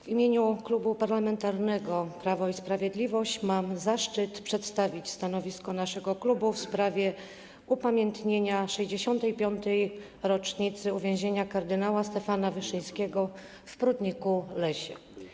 W imieniu Klubu Parlamentarnego Prawo i Sprawiedliwość mam zaszczyt przedstawić stanowisko naszego klubu wobec uchwały Sejmu RP w sprawie upamiętnienia 65. rocznicy uwięzienia kardynała Stefana Wyszyńskiego w Prudniku-Lesie.